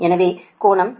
எனவே கோணம் 36